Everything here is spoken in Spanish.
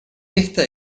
esta